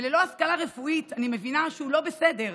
וללא השכלה רפואית אני מבינה שהוא לא בסדר,